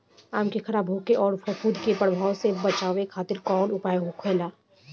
आम के खराब होखे अउर फफूद के प्रभाव से बचावे खातिर कउन उपाय होखेला?